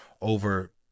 over